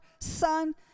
Son